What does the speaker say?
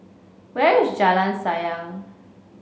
where is Jalan Sayang